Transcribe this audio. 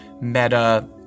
Meta